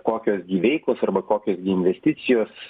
kokios gi veiklos arba kokios gi investicijos